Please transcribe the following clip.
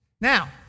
Now